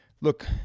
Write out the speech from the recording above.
look